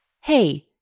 Hey